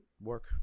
work